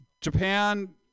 Japan